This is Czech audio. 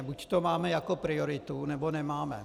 Buď to máme jako prioritu, nebo nemáme.